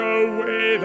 away